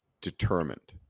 determined